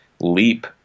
leap